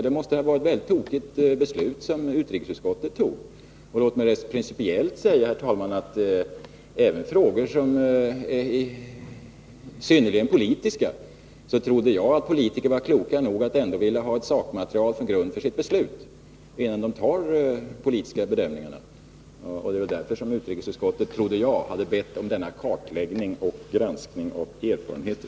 Det måste vara ett väldigt tokigt beslut som utrikesutskottet tog. Låt mig principiellt säga, herr talman, att även i frågor som är synnerligen politiska trodde jag att politiker var kloka nog att ändå vilja ha ett sakmaterial som grund för sitt beslut — innan de gör de politiska bedömningarna. Det var därför utrikesutskottet — trodde jag — hade bett om denna kartläggning av möjligheter och granskning av erfarenheter.